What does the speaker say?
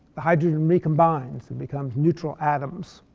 hydrogen recombines. becomes neutral atoms.